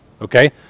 Okay